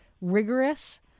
rigorous